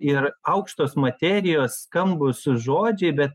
ir aukštos materijos skambūs žodžiai bet